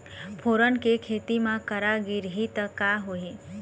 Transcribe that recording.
फोरन के खेती म करा गिरही त का होही?